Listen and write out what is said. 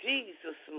Jesus